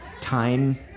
time